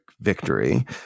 victory